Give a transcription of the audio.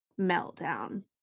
meltdown